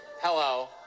Hello